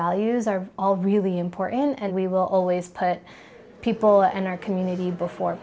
values are all really important and we will always put people and our community before